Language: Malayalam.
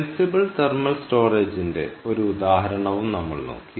സെന്സിബിൾ തെർമൽ സ്റ്റോറേജിന്റെ ഒരു ഉദാഹരണവും നോക്കി